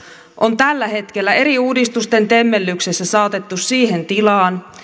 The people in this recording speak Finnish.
on tällä hetkellä eri uudistusten temmellyksessä saatettu siihen tilaan